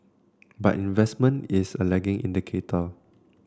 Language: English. but investment is a lagging indicator